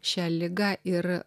šią ligą ir